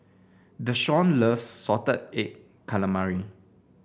Deshaun loves Salted Egg Calamari